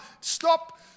stop